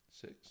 six